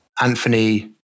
Anthony